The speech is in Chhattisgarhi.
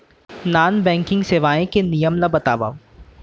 नॉन बैंकिंग सेवाएं के नियम ला बतावव?